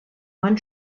one